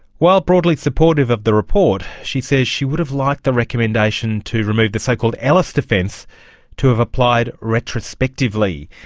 while broadly supportive of the report, she says she would have liked the recommendation to remove the so-called ellis defence to have applied retrospectively.